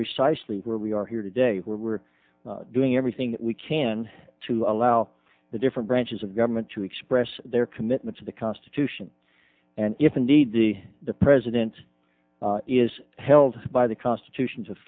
precisely where we are here today where we're doing everything we can to allow the different branches of government to express their commitment to the constitution and if indeed the the president is held by the constitution